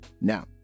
now